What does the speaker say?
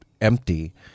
empty